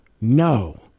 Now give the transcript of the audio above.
no